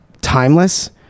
timeless